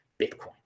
bitcoin